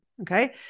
okay